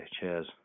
cheers